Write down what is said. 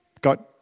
got